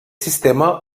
sistema